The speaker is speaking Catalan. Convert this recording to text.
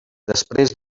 després